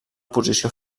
posició